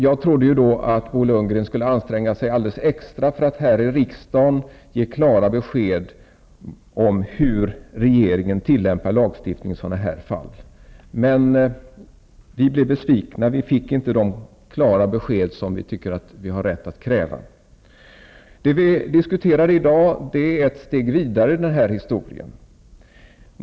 Jag trodde då att Bo Lund gren skulle anstränga sig alldeles extra för att i riksdagen ge klara besked om hur regeringen tillämpar lagstiftningen i sådana här fall. Men vi blev be svikna. Vi fick inte de klara besked som vi tycker att vi har rätt att kräva. Det vi diskuterar i dag är ett steg vidare i den här historien.